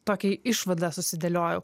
tokią išvadą susidėliojau